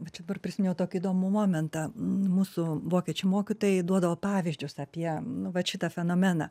va čia dabar prisiminiau tokį įdomų momentą mūsų vokiečių mokytojai duodavo pavyzdžius apie nu vat šitą fenomeną